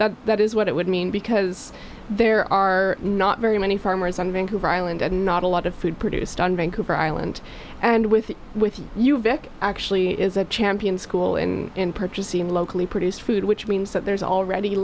yeah that is what it would mean because there are not very many farmers on vancouver island and not a lot of food produced on vancouver island and with with you vic actually is a champion school in purchasing locally produced food which means that there's already